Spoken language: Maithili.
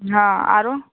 हँ आरो